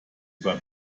über